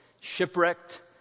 shipwrecked